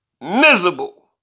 miserable